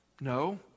No